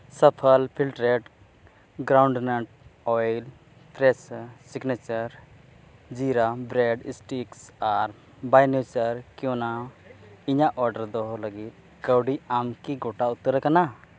ᱟᱨ ᱤᱧᱟᱹᱜ ᱫᱚᱦᱚ ᱞᱟᱹᱜᱤᱫ ᱟᱢ ᱠᱤ ᱜᱚᱴᱟ ᱩᱛᱟᱹᱨ ᱟᱠᱟᱱᱟ